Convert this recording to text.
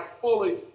fully